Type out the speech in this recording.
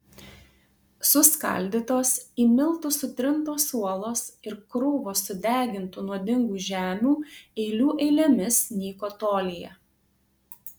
suskaldytos į miltus sutrintos uolos ir krūvos sudegintų nuodingų žemių eilių eilėmis nyko tolyje